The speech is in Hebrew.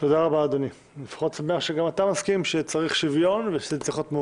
אני מקווה שאתה סומך עליי שקראתי את